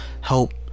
help